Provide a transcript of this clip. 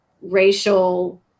racial